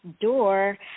door